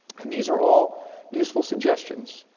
and these are all useful suggestions.